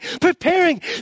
preparing